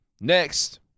Next